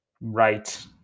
right